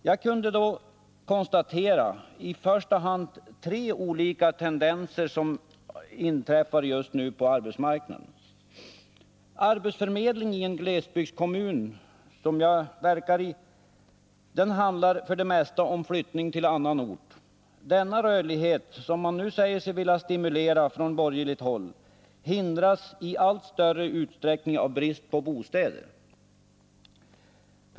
Jag kunde då i första hand konstatera tre olika tendenser på arbetsmarknaden just nu. Arbetsförmedling i en glesbygdkommun, som jag verkar i, handlar för det mesta om flyttning till annan ort. Denna rörlighet, som man nu säger sig vilja stimulera från borgerligt håll, hindras i allt större utsträckning av brist på bostäder.